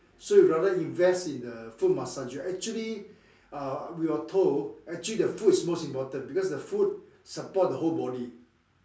so we rather invest in the foot massager actually uh we were told actually the foot is most important because the foot support the whole body